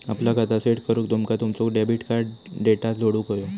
आपला खाता सेट करूक तुमका तुमचो डेबिट कार्ड डेटा जोडुक व्हयो